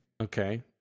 Okay